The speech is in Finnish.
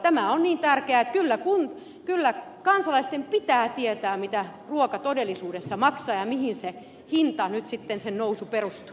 tämä on niin tärkeä asia että kyllä kansalaisten pitää tietää mitä ruoka todellisuudessa maksaa ja mihin sen hinnan nousu nyt sitten perustuu